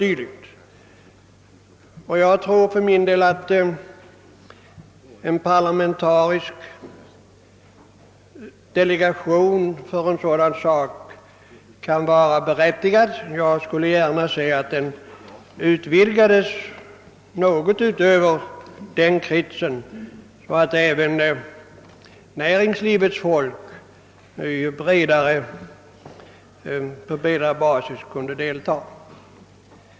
För min del tror jag att en parlamentarisk delegation kan vara berättigad när det gäller en sådan undersökning, och jag skulle gärna se att den utvidgades också något utöver den kretsen, så att även näringslivets folk kunde delta i undersökningen, som därigenom skulle få en vidgad bas.